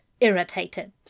irritated